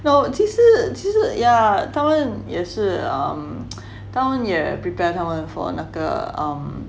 no 其实其实 yeah 他们也是 um 他们也 prepare 他们 for 那个 um